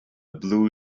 blue